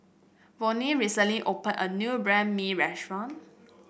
Vone recently opened a new Banh Mi restaurant